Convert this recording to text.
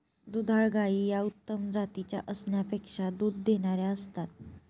दुधाळ गायी या उत्तम जातीच्या असण्यापेक्षा दूध देणाऱ्या असतात